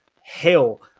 hell